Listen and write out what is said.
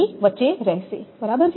2 ની વચ્ચે રહેશેબરાબર